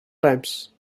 times